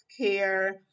care